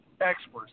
experts